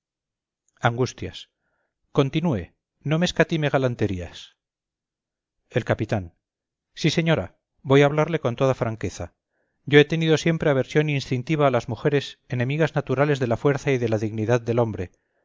angustias continúe no me escatime galanterías el capitán sí señora voy a hablarle con toda franqueza yo he tenido siempre aversión instintiva a las mujeres enemigas naturales de la fuerza y de la dignidad del hombre